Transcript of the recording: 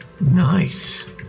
Nice